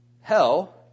hell